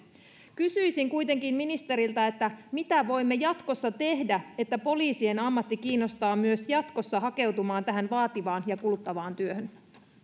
kysyisin kuitenkin ministeriltä mitä voimme jatkossa tehdä että poliisin ammatti kiinnostaa myös jatkossa ja että hakeudutaan tähän vaativaan ja kuluttavaan työhön sitten